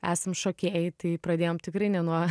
esam šokėjai tai pradėjom tikrai ne nuo